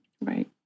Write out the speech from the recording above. Right